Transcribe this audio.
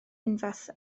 unfath